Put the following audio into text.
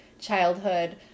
childhood